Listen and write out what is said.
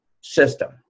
system